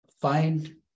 find